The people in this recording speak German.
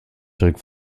direkt